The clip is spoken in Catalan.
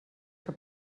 que